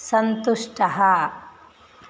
सन्तुष्टः